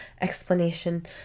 explanation